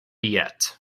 yet